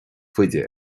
faide